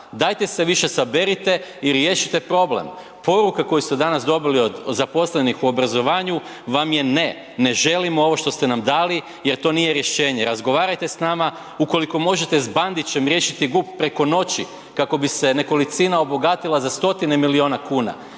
dajte se više saberite i riješite problem. Poruka koju ste danas dobili od zaposlenih u obrazovanju vam je ne, ne želim ovo što ste nam dali jer to nije rješenje. Razgovarajte s nama. Ukoliko možete s Bandićem riješiti GUP preko noći kako bi se nekolicina obogatila za stotine milijuna kuna,